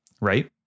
right